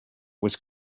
was